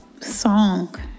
song